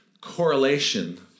correlation